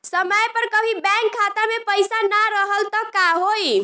समय पर कभी बैंक खाता मे पईसा ना रहल त का होई?